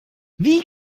wie